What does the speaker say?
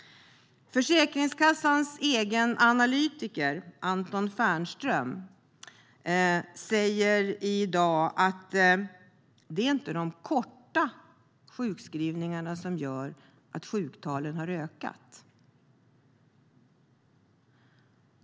Försäkringskassans egen analytiker, Anton Färnström, säger i dag att det inte är de korta sjukskrivningarna som gjort att sjuktalen har ökat.